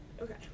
Okay